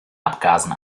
abgasen